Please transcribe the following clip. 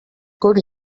could